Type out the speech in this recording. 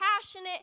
passionate